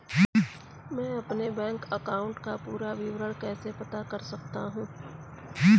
मैं अपने bank account का पूरा विवरण कैसे पता कर सकता हूँ?